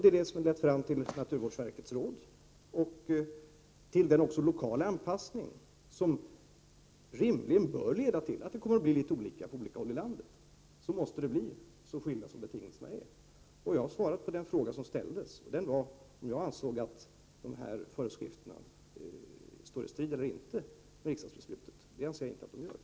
Det är detta som har lett fram till naturvårdsverkets råd och även till den lokala anpassning som rimligen bör medföra att det kommer att bli litet olika på olika håll i landet. Det måste bli så, eftersom betingelserna är så skilda. Jag har svarat på den fråga som ställdes. Frågan gällde om jag anser att dessa föreskrifter står i strid med riksdagsbeslutet. Det anser jag inte att de gör.